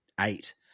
eight